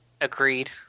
Agreed